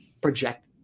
project